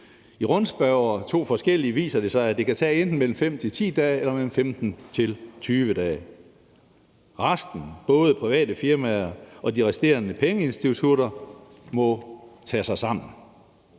I rundspørger, to forskellige, viser det sig, at det kan tage enten mellem 5 og 10 dage eller mellem 15 og 20 dage. Resten, både private firmaer og de resterende pengeinstitutter, må tage sig sammen.